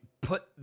put